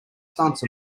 stunts